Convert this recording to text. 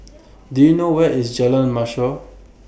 Do YOU know Where IS Jalan Mashhor